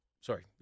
Sorry